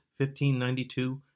1592